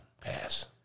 pass